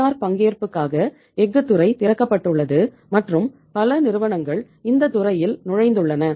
தனியார் பங்கேற்புக்காக எஃகு துறை திறக்கப்பட்டுள்ளது மற்றும் பல நிறுவனங்கள் இந்த துறையில் நுழைந்துள்ளன